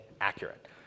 accurate